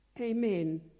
Amen